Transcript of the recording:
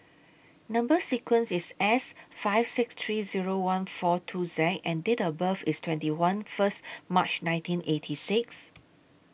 Number sequence IS S five six three Zero one four two Z and Date of birth IS twenty one First March nineteen eighty six